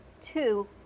two